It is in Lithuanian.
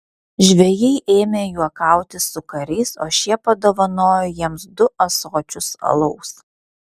žvejai ėmė juokauti su kariais o šie padovanojo jiems du ąsočius alaus